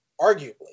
Arguably